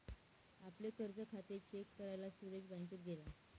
आपले कर्ज खाते चेक करायला सुरेश बँकेत गेला